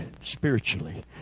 spiritually